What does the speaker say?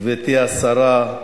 גברתי השרה,